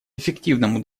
эффективному